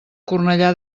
cornellà